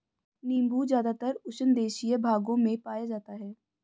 नीबू ज़्यादातर उष्णदेशीय भागों में पाया जाता है